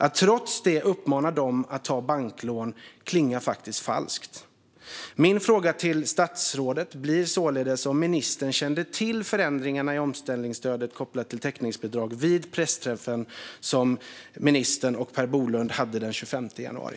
Att trots det uppmana dem att ta banklån klingar faktiskt falskt. Min fråga till statsrådet blir således om ministern kände till förändringarna i omställningsstödet kopplat till täckningsbidrag vid pressträffen som ministern och Per Bolund hade den 25 januari.